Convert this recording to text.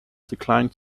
declined